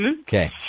Okay